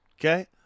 Okay